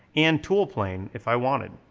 and tool plane if i wanted.